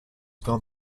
gone